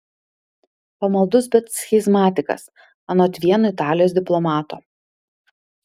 pamaldus bet schizmatikas anot vieno italijos diplomato